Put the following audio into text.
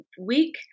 week